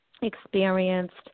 experienced